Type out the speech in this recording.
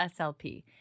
SLP